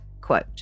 quote